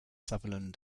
sutherland